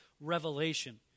revelation